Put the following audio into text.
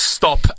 Stop